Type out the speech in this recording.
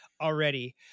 already